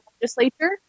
legislature